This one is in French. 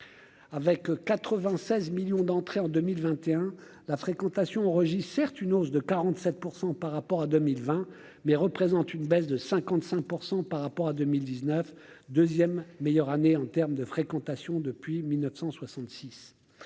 avec 96 millions d'entrées en 2021, la fréquentation Reggie certes une hausse de 47 % par rapport à 2020, mais représente une baisse de 55 % par rapport à 2019 2ème meilleure année en terme de fréquentation depuis 1966